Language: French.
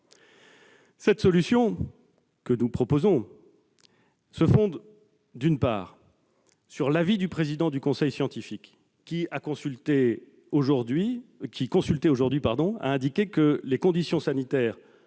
Cette solution que nous proposons se fonde, d'une part, sur l'avis du président du conseil scientifique, qui, consulté aujourd'hui, a indiqué que les conditions sanitaires